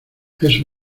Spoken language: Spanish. eso